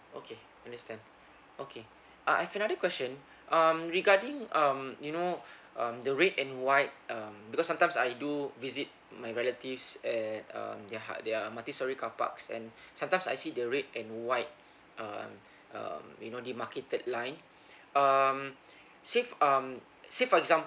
okay understand okay uh I've another question um regarding um you know um the red and white um because sometimes I do visit my relatives at um there're heart there're multi storey carparks and sometimes I see the red and white um um you know demarcated line um say um say for example